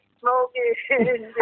smoking